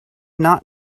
not